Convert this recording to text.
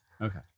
Okay